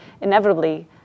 inevitably